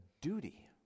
duty